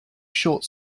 short